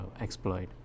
exploit